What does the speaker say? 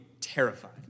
terrified